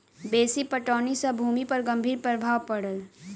बेसी पटौनी सॅ भूमि पर गंभीर प्रभाव पड़ल